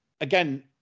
again